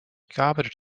gearbeitet